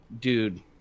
dude